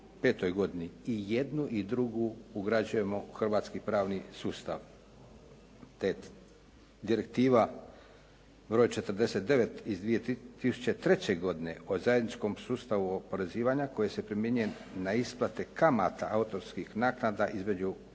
I jednu i drugu ugrađujemo u hrvatski pravni sustav.